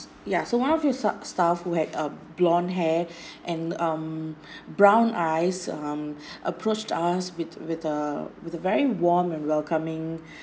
yeah so one of your sta~ staff who had a blonde hair and um brown eyes um approached us with with a with a very warm and welcoming